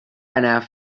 enough